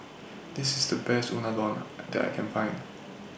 This IS The Best Unadon that I Can Find